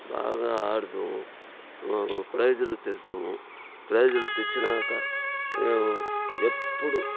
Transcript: బాగా ఆడతాము ప్రైజ్లు తెస్తాము ప్రైజ్లు తెచ్చినాక మేము ఎప్పుడు